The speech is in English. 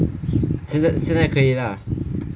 现在现在可以 lah